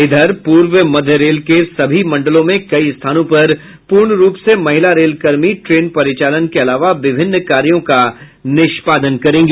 इधर पूर्व मध्य रेल के सभी मंडलों में कई स्थानों पर पूर्ण रूप से महिला रेलकर्मी ट्रेन परिचालन के अलावा विभिन्न कार्यों का निष्पादन करेंगी